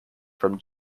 from